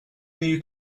new